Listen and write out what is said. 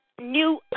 new